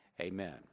amen